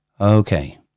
okay